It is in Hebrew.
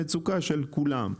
שזו המצוקה של כולם.